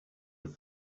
have